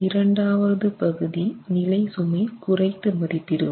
இரண்டாவது பகுதி நிலை சுமை குறைத்து மதிப்பிடுவது